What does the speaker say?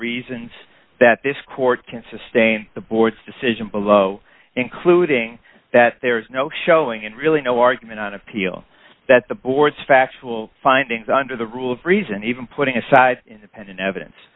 reasons that this court can sustain the board's decision below including that there is no showing and really no argument on appeal that the board's factual findings under the rule of reason even putting aside independent evidence